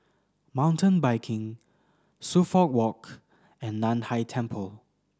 Mountain Biking Suffolk Walk and Nan Hai Temple